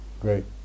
great